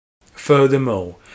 Furthermore